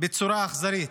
בצורה אכזרית.